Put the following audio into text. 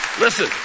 Listen